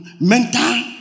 mental